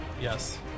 Yes